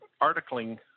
articling